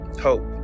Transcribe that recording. hope